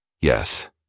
Yes